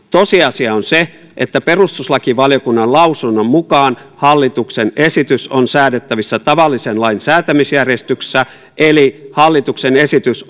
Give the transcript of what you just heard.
tosiasia on se että perustuslakivaliokunnan lausunnon mukaan hallituksen esitys on säädettävissä tavallisen lain säätämisjärjestyksessä eli hallituksen esitys